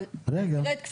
ברור.